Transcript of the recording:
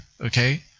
okay